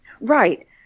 Right